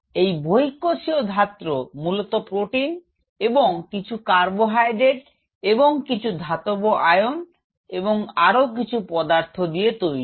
এই বহিঃকোষীয় ধাত্র মূলত প্রোটিন এবং কিছু কারবোহাইড্রেট এবং কিছু ধাতব আয়ন এবং আরও কিছু পদার্থ দিয়ে তৈরি